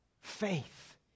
faith